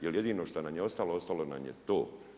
Jer jedino što nam je ostalo, ostalo nam je to.